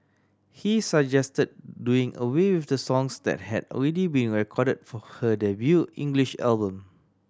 he suggested doing away with the songs that had already been recorded for her debut English album